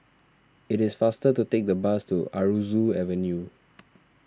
it is faster to take the bus to Aroozoo Avenue